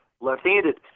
left-handed